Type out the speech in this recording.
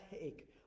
take